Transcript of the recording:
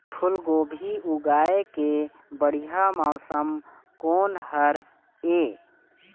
फूलगोभी उगाए के बढ़िया मौसम कोन हर ये?